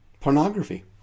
pornography